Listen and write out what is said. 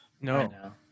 No